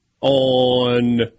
on